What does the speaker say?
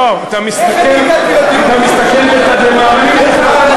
לא, אתה מסתכל בתדהמה, בהערצה.